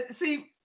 see